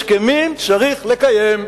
הסכמים צריך לקיים.